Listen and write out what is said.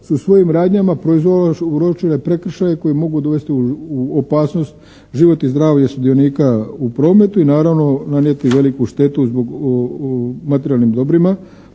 su svojim radnjama prouzročile prekršaje koji mogu dovesti u opasnost život i zdravlje sudionika u prometu i naravno, nanijeti veliku štetu u materijalnim dobrima